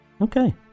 Okay